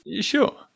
sure